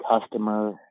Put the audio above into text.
Customer